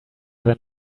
than